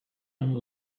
and